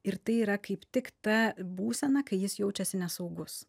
ir tai yra kaip tik ta būsena kai jis jaučiasi nesaugus